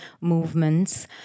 movements